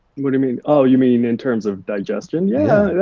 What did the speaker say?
you but mean? oh, you mean you mean in terms of digestion? yeah,